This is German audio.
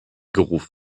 gerufen